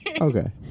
Okay